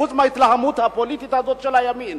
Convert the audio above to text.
חוץ מההתלהמות הפוליטית הזאת של הימין,